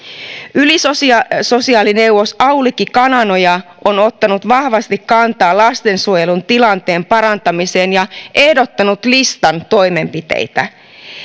ylisosiaalineuvos aulikki kananoja on ottanut vahvasti kantaa lastensuojelun tilanteen parantamiseen ja ehdottanut listan toimenpiteitä